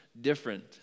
different